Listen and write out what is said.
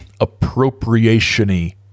appropriation-y